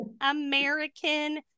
American